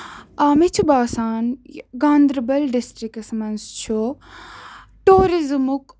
مےٚ چھُ باسان گاندربَل ڈِسٹرکَس منٛز چھُ ٹیورزٕمُک